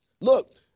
look